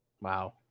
Wow